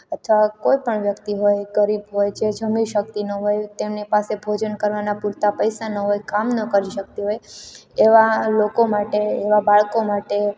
અથવા કોઈપણ વ્યક્તિ હોય ગરીબ હોય જે જમી શક્તિ ન હોય તેમની પાસે ભોજન કરવાના પૂરતાં પૈસા ન હોય કામ ન કરી શકતી હોય એવા લોકો માટે એવા બાળકો માટે